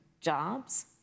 jobs